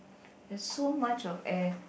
there's so much of air